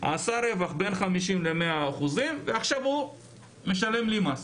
עשה רווח בין 50% ל-100% ועכשיו הוא משלם לי מס.